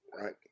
right